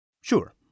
Sure